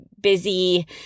busy